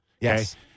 yes